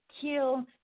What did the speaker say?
kill